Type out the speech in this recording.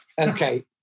Okay